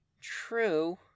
True